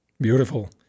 Beautiful